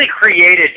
created